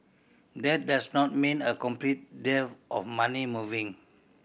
that does not mean a complete dearth of money moving